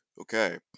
okay